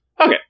Okay